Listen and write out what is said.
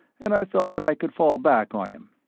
and i felt that i could fall back on him.